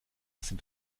sind